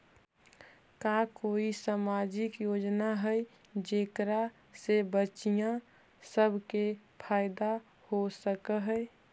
का कोई सामाजिक योजना हई जेकरा से बच्चियाँ सब के फायदा हो सक हई?